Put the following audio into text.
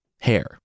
hair